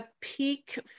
peak